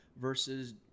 versus